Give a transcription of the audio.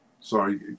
Sorry